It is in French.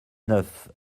neuf